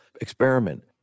Experiment